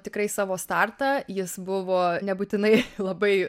tikrai savo startą jis buvo nebūtinai labai